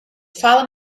fala